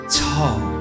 tall